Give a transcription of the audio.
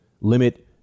limit